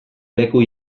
leku